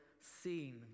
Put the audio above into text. seen